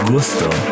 Gusto